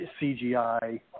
CGI